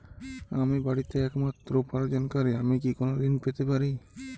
আমি বাড়িতে একমাত্র উপার্জনকারী আমি কি কোনো ঋণ পেতে পারি?